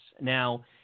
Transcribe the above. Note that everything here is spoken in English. Now